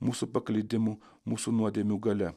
mūsų paklydimų mūsų nuodėmių galia